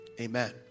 Amen